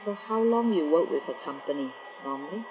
so how long you work with a company normally